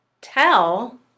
tell